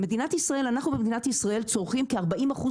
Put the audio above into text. אנחנו במדינת ישראל צורכים כ- 40 אחוז